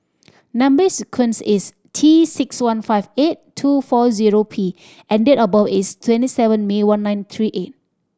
number sequence is T six one five eight two four zero P and date of birth is twenty seven May one nine three eight